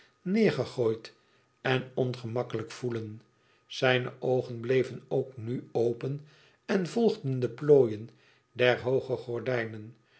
neêrgegooid en ongemakkelijk voelen zijne oogen bleven ook nu open en volgden de plooien der hooge gordijnen